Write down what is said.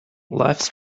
lifes